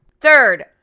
Third